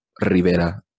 Rivera